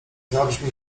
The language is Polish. zabrzmi